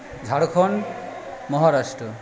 Jharkhand Maharashtra